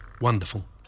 Wonderful